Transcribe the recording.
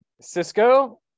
Cisco